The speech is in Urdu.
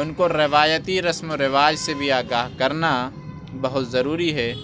اُن کو روایتی رسم و رواج سے بھی آگاہ کرنا بہت ضروری ہے